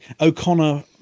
O'Connor